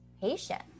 patient